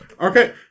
Okay